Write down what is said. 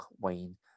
Wayne